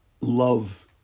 love